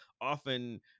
often